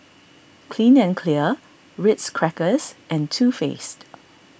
Clean and Clear Ritz Crackers and Too Faced